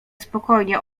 spokojnie